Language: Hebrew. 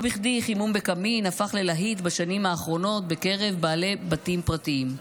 לא בכדי חימום בקמין הפך ללהיט בשנים האחרונות בקרב בעלי בתים פרטיים.